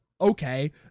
okay